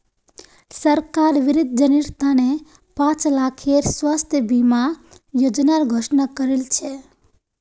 सरकार वृद्धजनेर त न पांच लाखेर स्वास्थ बीमा योजनार घोषणा करील छ